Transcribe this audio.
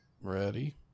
Ready